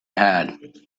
had